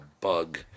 bug